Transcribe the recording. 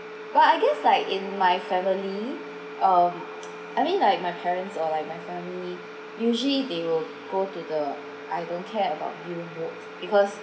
well I guess like in my family um I mean like my parents uh like my family usually they will go to the I don't care about you mode because